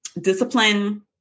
discipline